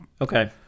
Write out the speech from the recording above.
Okay